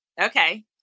Okay